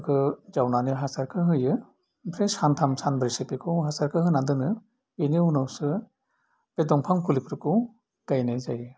बेखौ जावनानै हासारखौ होयो आमफ्राइ सानथाम सानब्रैसो बेखौ हासारखौ होना दोनो बिनि उनावसो बे दंफां फुलिफोरखौ गायनाय जायो